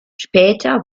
später